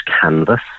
canvas